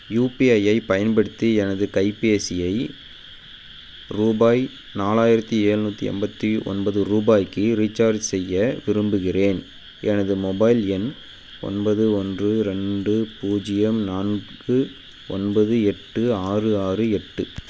UPI ஐப் பயன்படுத்தி எனது கைபேசியை ரூபாய் நாலாயிரத்தி ஏழ்நூத்தி எண்பத்தி ஒன்பது ரூபாய்க்கு ரீசார்ஜ் செய்ய விரும்புகின்றேன் எனது மொபைல் எண் ஒன்பது ஒன்று ரெண்டு பூஜ்ஜியம் நான்கு ஒன்பது எட்டு ஆறு ஆறு எட்டு